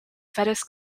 fettes